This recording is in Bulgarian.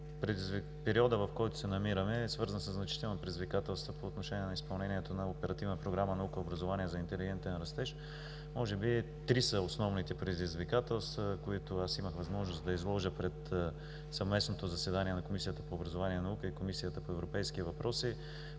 периодът, в който се намираме, е свързан със значителни предизвикателства по отношение на изпълнението на Оперативна програма „Наука и образование за интелигентен растеж“. Може би три са основните предизвикателства, които имах възможност да изложа пред съвместното заседание на Комисията по образование и наука и Комисията по европейски въпроси.